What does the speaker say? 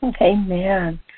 Amen